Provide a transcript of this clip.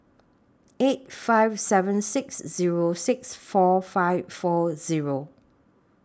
eight five seven six Zero six four five four Zero